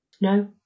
No